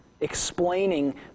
explaining